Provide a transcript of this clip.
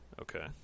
Okay